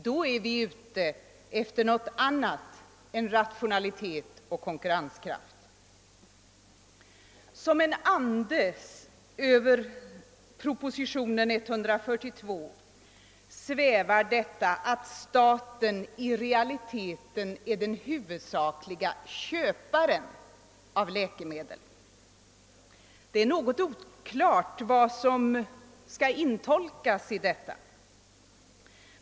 Då är vi ute efter något annat än rationalitet och konkurrenskraft. Som en ande över propositionen 142 svävar detta, att staten i realiteten är den huvudsakliga köparen av läkemedel. Det är något oklart vad som skall intolkas i detta.